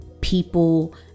people